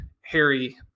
Harry